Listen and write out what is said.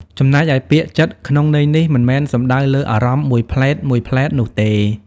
ចំណែកឯ ពាក្យ "ចិត្ត" ក្នុងន័យនេះ មិនមែនសំដៅលើអារម្មណ៍មួយភ្លែតៗនោះទេ។